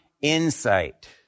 insight